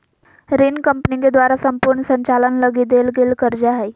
ऋण कम्पनी के द्वारा सम्पूर्ण संचालन लगी देल गेल कर्जा हइ